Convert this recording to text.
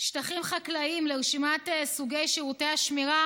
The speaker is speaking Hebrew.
שטחים חקלאיים לרשימת סוגי שירותי השמירה